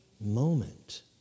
moment